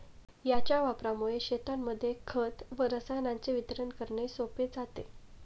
याच्या वापरामुळे शेतांमध्ये खत व रसायनांचे वितरण करणे सोपे जाते